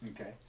Okay